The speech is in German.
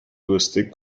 durstig